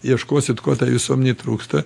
ieškosit ko tai visuomenei trūksta